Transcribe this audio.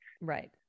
right